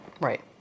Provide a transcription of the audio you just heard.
Right